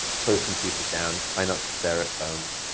close computers down, try not to stare at phones,